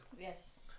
Yes